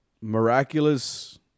miraculous